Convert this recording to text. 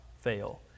fail